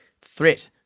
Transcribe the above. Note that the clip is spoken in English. threat